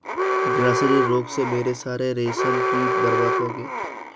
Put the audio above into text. grasserie रोग से मेरे सारे रेशम कीट बर्बाद हो गए